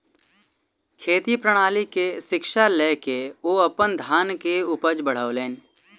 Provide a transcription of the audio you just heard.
खेती प्रणाली के शिक्षा लय के ओ अपन धान के उपज बढ़ौलैन